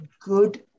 good